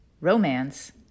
romance